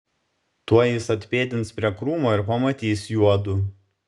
tuoj jis atpėdins prie krūmo ir pamatys juodu